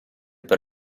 per